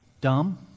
dumb